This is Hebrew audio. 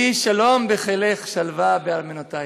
יהי שלום בחילך שלוה בארמנותיך.